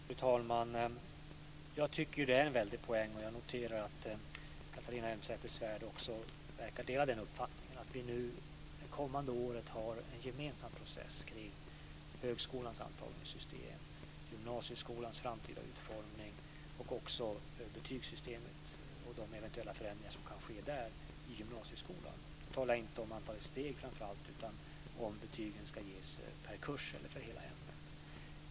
Fru talman! Jag noterar att Catharina Elmsäter Svärd verkar dela uppfattningen att det är en väldigt stor poäng att vi under det kommande året har en gemensam process vad gäller högskolans antagningssystem, gymnasieskolans framtida utformning och även de eventuella förändringar som kan ske i gymnasieskolans betygssystem. Jag talar då inte framför allt om antalet steg utan om ifall betygen ska ges per kurs eller för hela ämnet.